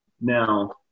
Now